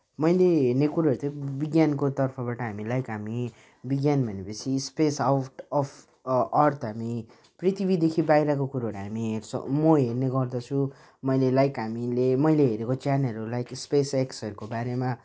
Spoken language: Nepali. मैले हेर्ने कुरोहरू चाहिँ विज्ञानको तर्फबाट हामीलाई हामी विज्ञान भनेपछि स्पेस आउट अफ् अर्थ हामी पृथिवीदेखि बाहिरको कुरोहरू हामी हेर्छौँ म हेर्ने गर्दछु मैले लाइक हामीले मैले हेरेको चेनहरू लाइक स्पेस एक्सहरूको बारेमा